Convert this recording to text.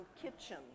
kitchen